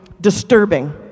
disturbing